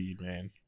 man